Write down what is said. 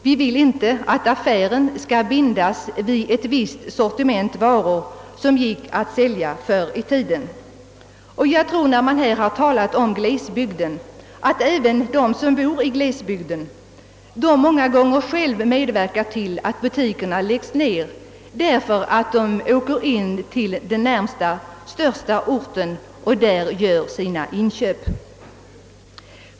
Vi vill inte att affären skall bindas vid ett visst sortiment varor som gick att sälja förr i tiden. Man har här talat om glesbygden, men även de som bor i glesbygderna har nog i många fall själva medverkat till att butiker måste läggas ned därför att de åker in till närmaste större ort och där gör sina inköp.